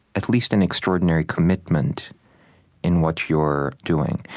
at least an extraordinary commitment in what you're doing.